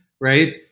right